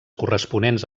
corresponents